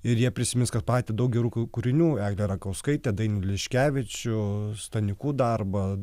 ir jie prisimins kad matė daug gerų kūrinių eglę rakauskaitę dainių liškevičių stanikų darbą